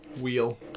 wheel